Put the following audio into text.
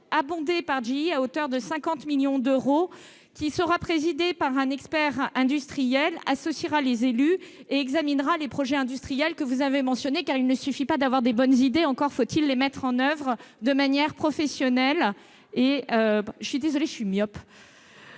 abondé par GE à hauteur de 50 millions d'euros, qui sera présidé par un expert industriel, associera les élus et examinera les projets industriels que vous avez mentionnés. En effet, il ne suffit pas d'avoir de bonnes idées, encore faut-il les mettre en oeuvre de manière professionnelle. Par ailleurs, nous sommes